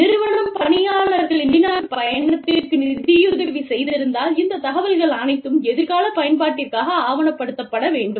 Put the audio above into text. நிறுவனம் பணியாளர்களின் வெளிநாட்டு பயணத்திற்கு நிதியுதவி செய்திருந்தால் இந்த தகவல்கள் அனைத்தும் எதிர்கால பயன்பாட்டிற்காக ஆவணப்படுத்தப்பட வேண்டும்